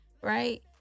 right